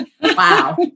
Wow